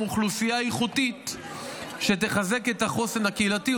אוכלוסייה איכותית שתחזק את החוסן הקהילתי,